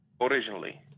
originally